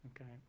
okay